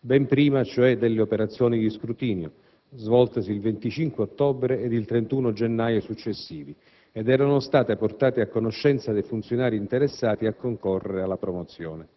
ben prima cioè delle operazioni di scrutinio, svoltesi il 25 ottobre e 31 gennaio successivi, ed erano state portate a conoscenza dei funzionari interessati a concorrere alla promozione.